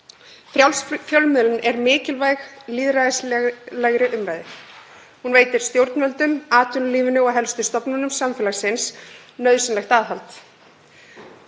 Frjáls fjölmiðlun er mikilvæg lýðræðislegri umræðu. Hún veitir stjórnvöldum, atvinnulífinu og helstu stofnunum samfélagsins nauðsynlegt aðhald.